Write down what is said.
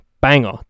banger